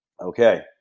Okay